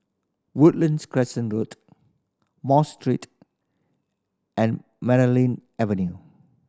Woodlands Road More Street and Avenue